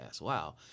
Wow